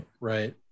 right